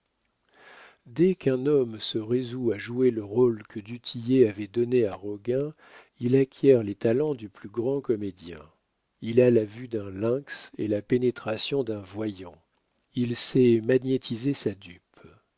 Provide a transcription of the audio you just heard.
dès qu'un homme se résout à jouer le rôle que du tillet avait donné à roguin il acquiert les talents du plus grand comédien il a la vue d'un lynx et la pénétration d'un voyant il sait magnétiser sa dupe